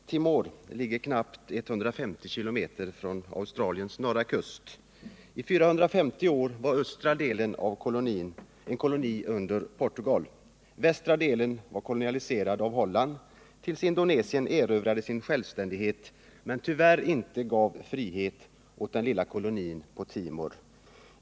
Herr talman! Timor ligger knappt 150 km från Australiens norra kust. I 450 år var den östra delen av ön en koloni under Portugal. Västra delen var kolonialiserad av Holland tills Indonesien erövrade sin självständighet men tyvärr inte gav frihet åt den lilla kolonin på Timor.